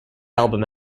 album